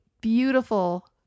beautiful